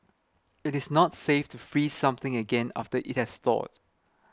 it is not safe to freeze something again after it has thawed